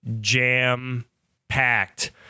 jam-packed